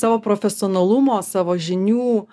savo profesionalumo savo žinių